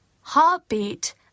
Heartbeat